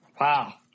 Wow